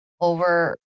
over